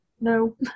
No